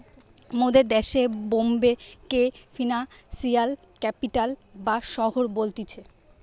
মোদের দেশে বোম্বে কে ফিনান্সিয়াল ক্যাপিটাল বা শহর বলতিছে